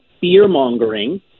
fear-mongering